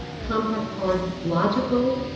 compact, hard, logical,